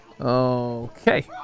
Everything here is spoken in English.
Okay